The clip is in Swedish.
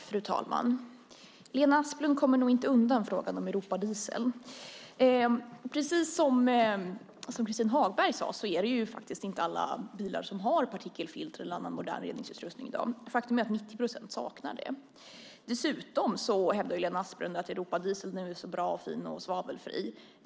Fru talman! Lena Asplund kommer nog inte undan frågan om europadieseln. Precis som Christin Hagberg sade är det inte alla bilar som har partikelfilter eller annan modern reningsutrustning i dag. Faktum är att 90 procent saknar detta. Dessutom hävdar Lena Asplund att europadieseln är bra, fin och svavelfri.